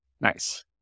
Nice